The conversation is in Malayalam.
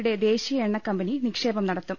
യുടെ ദേശീയ എണ്ണക്കമ്പനി നിക്ഷേപം നടത്തും